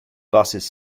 busses